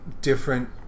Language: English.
different